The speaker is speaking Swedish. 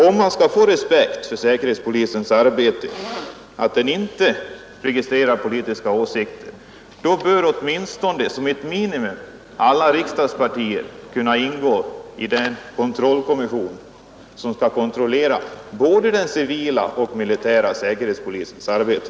Om man skall få respekt för säkerhetspolisens arbete och om man verkligen skall kunna tro på att det inte förekommer någon registrering av politiska åsikter, så bör det vara ett minimum att alla riksdagens partier ingår i den kommission som skall kontrollera både den civila och den militära säkerhetspolisens arbete.